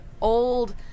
old